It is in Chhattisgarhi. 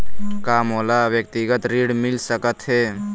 का मोला व्यक्तिगत ऋण मिल सकत हे?